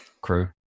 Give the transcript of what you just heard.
crew